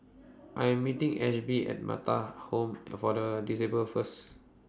I Am meeting Ashby At Metta Home For The Disabled First